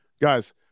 guys